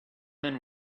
men